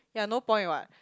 ya no point what